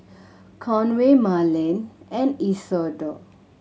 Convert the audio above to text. Conway Marlene and Isidor